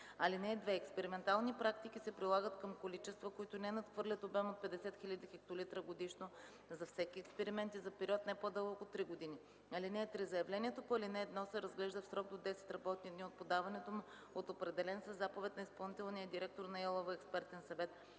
в него. (2) Експериментални практики се прилагат към количества, които не надхвърлят обем от 50 000 хектолитра годишно за всеки експеримент и за период не по-дълъг от три години. (3) Заявлението по ал. 1 се разглежда в срок до 10 работни дни от подаването му от определен със заповед на изпълнителния директор на ИАЛВ експертен съвет,